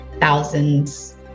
thousands